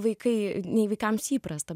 vaikai nei vaikams įprasta